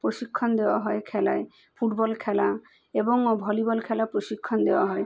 প্রশিক্ষণ দেওয়া হয় খেলায় ফুটবল খেলা এবং ভলিবল খেলা প্রশিক্ষণ দেওয়া হয়